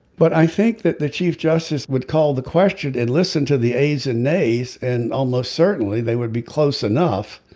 but i think that the chief justice would call the question and listen to the ayes and nays and almost certainly they would be close enough.